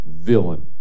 villain